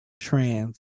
Trans